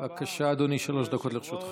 בבקשה, אדוני, שלוש דקות לרשותך.